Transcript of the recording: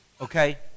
Okay